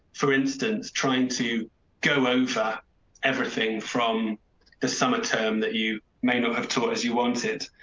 for instance, trying to go over everything from the summer term that you may not have taught as you want it.